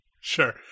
Sure